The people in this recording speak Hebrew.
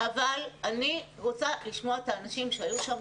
אבל אני רוצה לשמוע את האנשים שהיו שם,